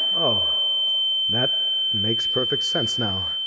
ah that makes perfect sense now.